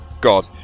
God